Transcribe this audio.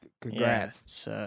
Congrats